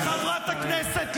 עצם העובדה שאת קמה וצועקת מעידה,